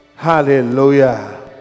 hallelujah